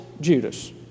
Judas